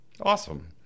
Awesome